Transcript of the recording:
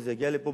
וזה יגיע לפה.